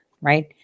right